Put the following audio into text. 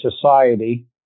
society